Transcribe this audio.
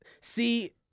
see